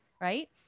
right